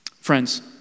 Friends